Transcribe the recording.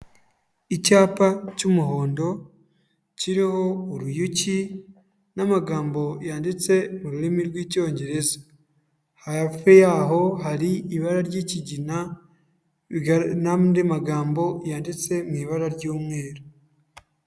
Icyapa cy'umuhondo, kiriho uruyuki n'amagambo yanditse mu rurimi rw'icyongereza. Hafi yaho hari ibara ry'ikigina n'andi magambo yanditse mu ibara ry'umweru.